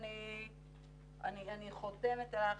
אני חותמת לך,